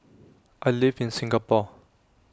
I live in Singapore